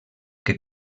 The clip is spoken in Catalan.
que